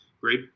great